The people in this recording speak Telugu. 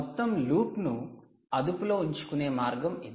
మొత్తం లూప్ ను అదుపులో ఉంచుకునే మార్గం ఇది